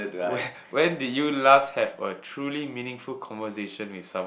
where when did you last have a truly meaningful conversation with someone